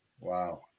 Wow